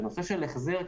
בהחזר,